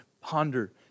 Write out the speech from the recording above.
ponder